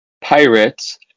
pirates